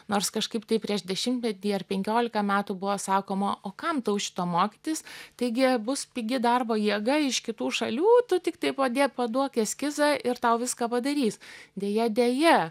nors kažkaip tai prieš dešimtmetį ar penkiolika metų buvo sakoma o kam tau šito mokytis taigi bus pigi darbo jėga iš kitų šalių tu tiktai padėk paduok eskizą ir tau viską padarys deja deja